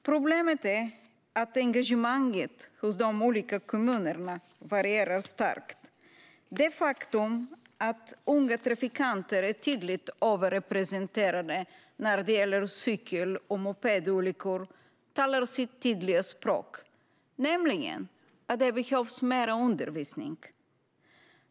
Problemet är att engagemanget hos de olika kommunerna varierar starkt. Faktumet att unga trafikanter är tydligt överrepresenterade när det gäller cykel och mopedolyckor talar sitt tydliga språk, nämligen att det behövs mer undervisning.